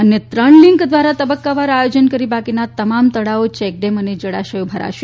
અન્ય ત્રણ લીંક દ્વારા તબકકાવાર આયોજન કરીને બાકીના તમામ તળાવો ચેકડેમ અને જળાશયો ભરાશે